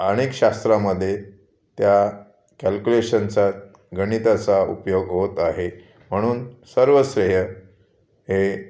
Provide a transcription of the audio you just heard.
अनेक शास्त्रामध्ये त्या कॅल्क्युलेशनचा गणिताचा उपयोग होत आहे म्हणून सर्व श्रेय हे